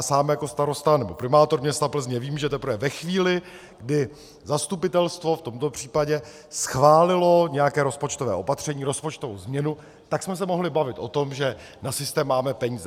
Sám jako starosta nebo primátor města Plzně vím, že teprve ve chvíli, kdy zastupitelstvo v tomto případě schválilo nějaké rozpočtové opatření, rozpočtovou změnu, jsme se mohli bavit o tom, že na systém máme peníze.